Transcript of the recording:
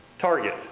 Target